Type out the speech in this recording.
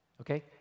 Okay